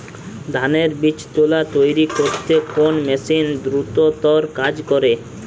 ধানের বীজতলা তৈরি করতে কোন মেশিন দ্রুততর কাজ করে?